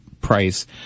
price